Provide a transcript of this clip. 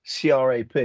CRAP